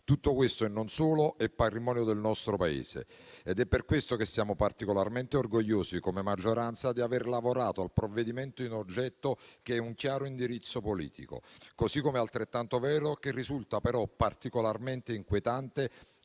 Tutto questo e non solo è patrimonio del nostro Paese ed è per questo che come maggioranza siamo particolarmente orgogliosi di aver lavorato al provvedimento in oggetto, che è un chiaro indirizzo politico, così come è altrettanto vero che risulta particolarmente inquietante